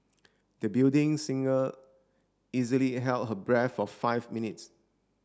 the building singer easily held her breath for five minutes